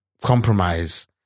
compromise